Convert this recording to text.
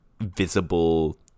visible